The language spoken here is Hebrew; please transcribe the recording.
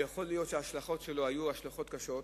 ויכול להיות שההשלכות שלו היו השלכות קשות.